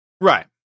Right